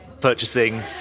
purchasing